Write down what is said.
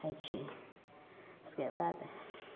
होइ छै उसके बाद